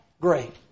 great